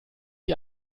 die